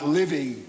LIVING